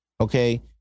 Okay